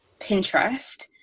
Pinterest